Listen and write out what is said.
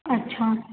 اچھا